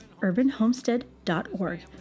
urbanhomestead.org